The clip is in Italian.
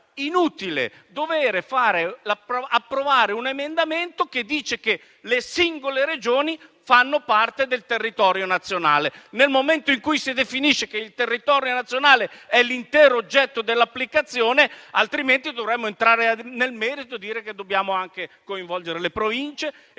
inutile approvare un emendamento che dice che le singole Regioni fanno parte del territorio nazionale, nel momento in cui si definisce che il territorio nazionale è l'intero oggetto dell'applicazione. Altrimenti dovremmo entrare nel merito e dire che dobbiamo coinvolgere anche le Province e i singoli